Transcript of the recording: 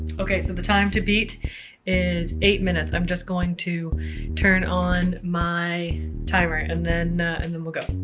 okay, so the time to beat is eight minutes. i'm just going to turn on my timer and then and then we'll go.